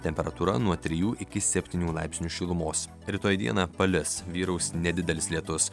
temperatūra nuo trijų iki septynių laipsnių šilumos rytoj dieną palis vyraus nedidelis lietus